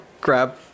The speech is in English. grab